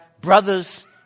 brothers